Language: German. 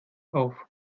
auf